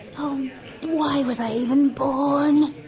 oh why was i even born?